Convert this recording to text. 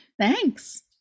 Thanks